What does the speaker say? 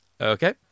Okay